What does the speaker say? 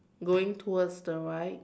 going towards the right